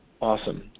Awesome